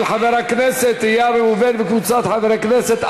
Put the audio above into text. של חבר הכנסת איל בן ראובן וקבוצת חברי הכנסת,